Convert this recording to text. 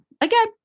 again